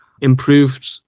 improved